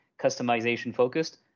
customization-focused